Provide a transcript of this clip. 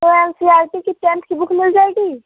N C R T की tenth की book मिल जाएगी